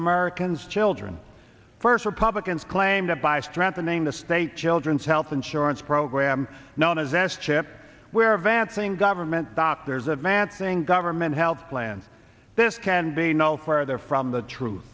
americans children first republicans claim that by strengthening the state children's health insurance program known as s chip where advancing government doctors of mansingh government health plans this can be no farther from the truth